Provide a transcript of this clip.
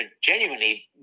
genuinely